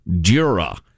Dura